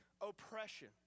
oppression